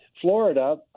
Florida